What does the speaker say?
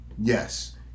yes